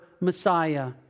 Messiah